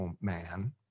man